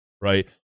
Right